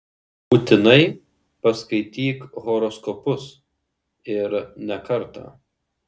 būtinai paskaityk horoskopus ir ne kartą